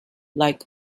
like